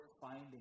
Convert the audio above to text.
finding